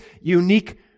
unique